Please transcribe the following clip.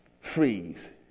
freeze